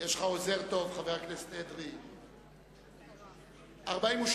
של חבר הכנסת אדרי לסעיף 03,